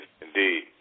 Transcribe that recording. Indeed